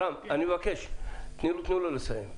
אני מבקש שתתנו לו לסיים.